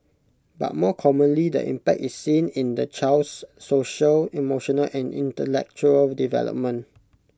but more commonly the impact is seen in the child's social emotional and intellectual development